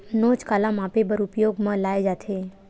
नोच काला मापे बर उपयोग म लाये जाथे?